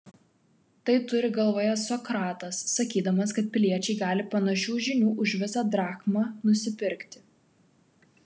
tai turi galvoje sokratas sakydamas kad piliečiai gali panašių žinių už visą drachmą nusipirkti